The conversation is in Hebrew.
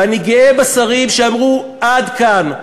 ואני גאה בשרים שאמרו: עד כאן.